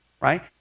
right